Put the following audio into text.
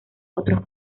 otros